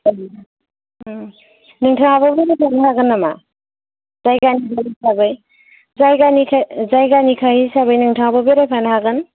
ओम नोंथाङाबो जोंजों थांनो हागोन नामा जायगानिनो हिसाबै जायगानिखा जायगानिखा हिसाबै नोंथाङाबो बेरायफानो हागोन